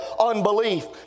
unbelief